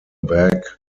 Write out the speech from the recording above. bag